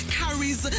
carries